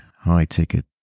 high-ticket